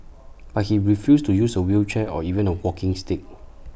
but he refused to use A wheelchair or even A walking stick